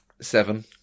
Seven